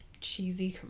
cheesy